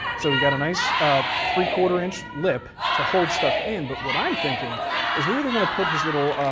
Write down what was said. so we got a nice three quarter inch lip to hold stuff in, but what i'm thinking is we're either gonna put his little,